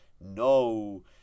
no